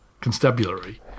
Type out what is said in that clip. constabulary